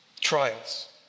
Trials